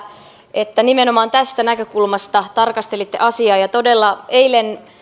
että nimenomaan tästä näkökulmasta tarkastelitte asiaa todella eilen